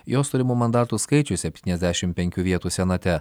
jos turimų mandatų skaičių septyniasdešim penkių vietų senate